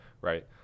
right